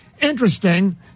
Interesting